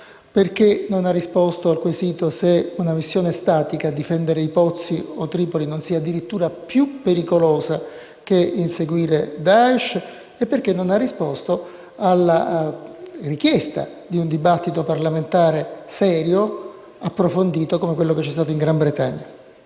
non ha risposto al quesito se una missione statica (difendere i pozzi o Tripoli) non sia addirittura più pericolosa che inseguire Daesh, e non ha risposto alla richiesta di un dibattito parlamentare serio e approfondito come quello che c'è stato in Gran Bretagna.